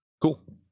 cool